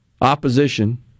opposition